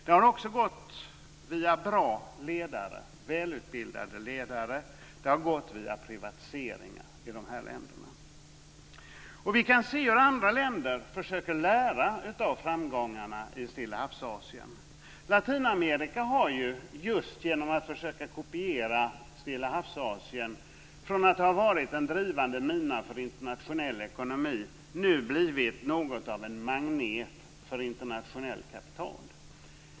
Man har också lyckats via bra, välutbildade ledare och via privatiseringar. Vi kan se hur andra länder försöker att lära av framgångarna i Stillahavsasien. Latinamerika har ju just genom att försöka kopiera Stillahavsasien - från att ha varit en drivande mina för internationell ekonomi - nu blivit något av en magnet för internationellt kapital.